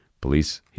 Police